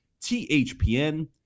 THPN